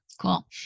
Cool